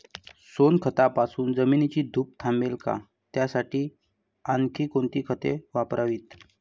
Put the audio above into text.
सोनखतापासून जमिनीची धूप थांबेल का? त्यासाठी आणखी कोणती खते वापरावीत?